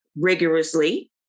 rigorously